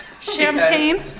champagne